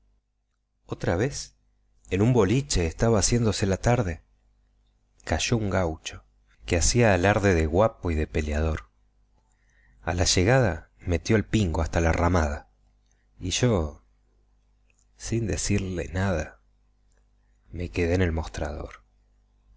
otra vez en un boliche estaba haciendo la tarde cayó un gaucho que hacia alarde de guapo y peliador a la llegada metió el pingo hasta la ramada y yo sin decirle nada me quedé en el mostrador